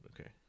Okay